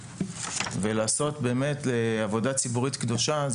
ואם באמת רצוננו הוא לעשות עבודה ציבורית קדושה,